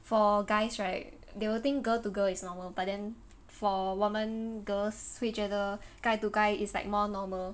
for guys right they will think girl to girl is normal but then for 我们 girls 会觉得 guy to guy is like more normal